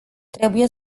trebuie